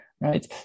right